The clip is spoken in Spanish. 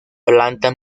planta